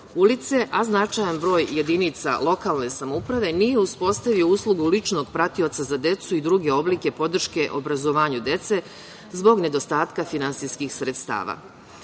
ulice, a značajan broj jedinica lokalne samouprave nije uspostavio uslugu ličnog pratioca za decu i druge oblike podrške obrazovanju dece, zbog nedostatka finansijskih sredstava. Mene